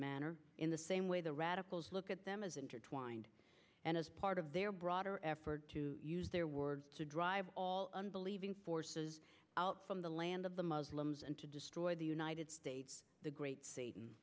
manner in the same way the radicals look at them as intertwined and as part of their broader effort to use their word to drive all unbelieving forces out from the land of the muslims and to destroy the united states the great satan